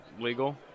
legal